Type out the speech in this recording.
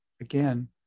again